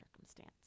circumstance